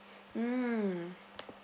mmhmm